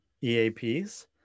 EAPs